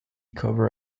cover